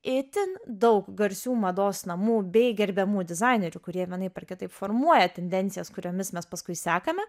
itin daug garsių mados namų bei gerbiamų dizainerių kurie vienaip ar kitaip formuoja tendencijas kuriomis mes paskui sekame